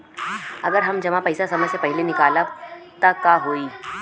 अगर हम जमा पैसा समय से पहिले निकालब त का होई?